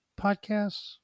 podcasts